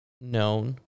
known